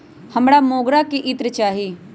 हमरा मोगरा के इत्र चाही